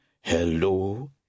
Hello